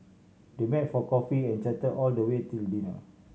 they met for coffee and chatted all the way till dinner